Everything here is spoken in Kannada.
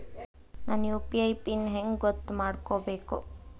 ನನ್ನ ಯು.ಪಿ.ಐ ಪಿನ್ ಹೆಂಗ್ ಗೊತ್ತ ಮಾಡ್ಕೋಬೇಕು?